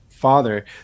father